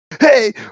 Hey